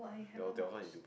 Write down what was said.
that was that one in Dubai